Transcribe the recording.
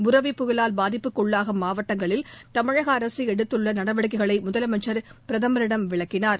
புரெவி புயலால் பாதிப்புக்குள்ளாகும் மாவட்டங்களில் தமிழக அரசு எடுத்துள்ள நடவடிக்கைகளை முதலமைச்சர் பிரதமரிடம் விளக்கினார்